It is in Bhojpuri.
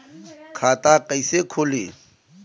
खाता कइसे खुली?